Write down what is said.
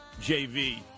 JV